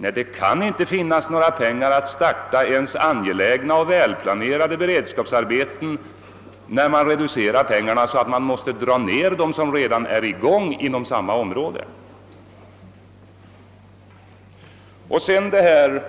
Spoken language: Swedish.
Nej, det kan inte finnas några pengar till att starta ens angelägna och välplanerade beredskapsarbeten när man reducerar anslagen så att de beredskapsarbeten som redan är i gång inom området måste skäras ned. Jag vill sedan beröra